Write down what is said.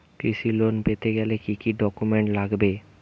কৃষি লোন পেতে গেলে কি কি ডকুমেন্ট লাগবে?